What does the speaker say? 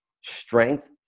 strength